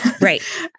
Right